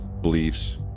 beliefs